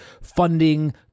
funding